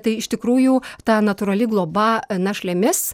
tai iš tikrųjų ta natūrali globa našlėmis